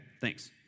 thanks